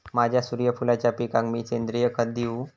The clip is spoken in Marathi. माझ्या सूर्यफुलाच्या पिकाक मी सेंद्रिय खत देवू?